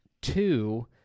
two